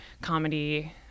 comedy